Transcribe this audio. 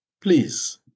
please